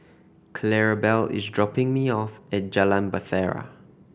Clarabelle is dropping me off at Jalan Bahtera